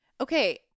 okay